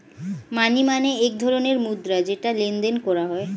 মানি মানে এক ধরণের মুদ্রা যেটা লেনদেন করা হয়